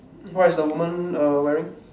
what is the woman err wearing